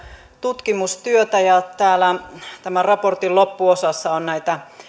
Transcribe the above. tutkimustyötä ja täällä tämän raportin loppuosassa on näitä